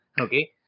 okay